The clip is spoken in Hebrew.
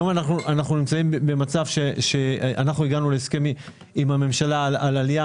היום אנחנו נמצאים במצב שאנחנו הגענו להסכמה עם הממשלה על עלייה